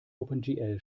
opengl